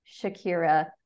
Shakira